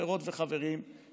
חברות וחברים,